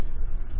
vendor సరే